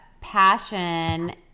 passion